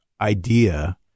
idea